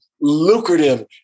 lucrative